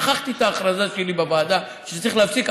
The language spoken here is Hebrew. שכחתי את ההכרזה שלי בוועדה שצריך להפסיק,